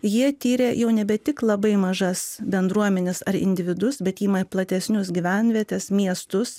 jie tyrė jau nebe tik labai mažas bendruomenes ar individus bet ima platesnius gyvenvietes miestus